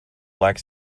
black